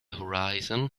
horizon